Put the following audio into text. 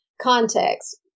context